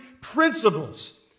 principles